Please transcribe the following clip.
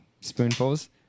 spoonfuls